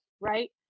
Right